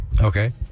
Okay